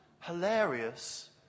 hilarious